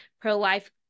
pro-life